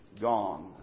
gone